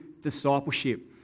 discipleship